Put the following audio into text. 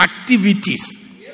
activities